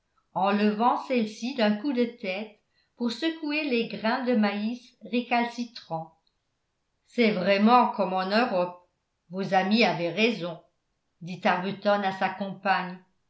en levant celles-ci d'un coup de tête pour secouer les grains de maïs récalcitrants c'est vraiment comme en europe vos amis avaient raison dit arbuton à sa compagne